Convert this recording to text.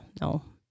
No